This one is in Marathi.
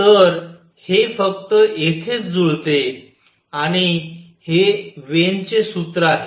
तर हे फक्त येथेच जुळते आणि हे वेन चे सूत्र आहे